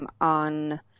on